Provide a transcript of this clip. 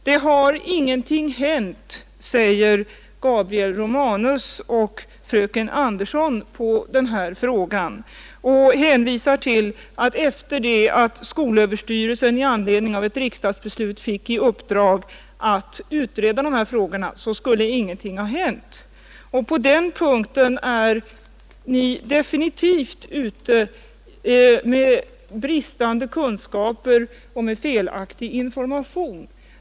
Det har ingenting hänt i den här frågan, säger Gabriel Romanus och fröken Andersson i Stockholm, fastän skolöverstyrelsen i anledning av ett riksdagsbeslut har fått i uppdrag att utreda de här sakerna. Men på den punkten är ni definitivt ute med bristande kunskaper och med felaktig information.